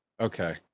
Okay